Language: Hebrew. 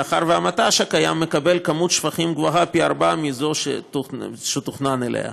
מאחר שהמט"ש הקיים מקבל כמות שפכים גבוהה פי ארבעה מזו שהוא תוכנן לה.